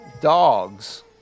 dogs